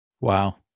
Wow